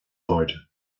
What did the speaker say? chairde